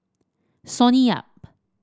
Sonny Yap